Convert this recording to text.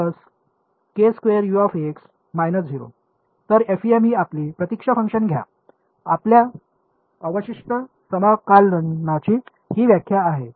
तर एफईएम ही आपली प्रतीक्षा फंक्शन घ्या आपल्या अवशिष्ट समाकलनाची ही व्याख्या आहे